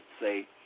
say